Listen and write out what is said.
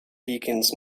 beacons